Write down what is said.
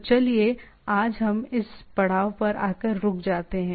तो चलिए आज हम इस पड़ाव पर आकर रुक जाते हैं